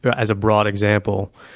as a broad example,